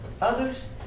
others